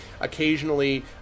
Occasionally